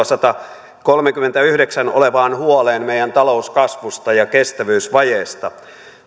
sataankolmeenkymmeneenyhdeksään olevaan huoleen meidän talouskasvusta ja kestävyysvajeesta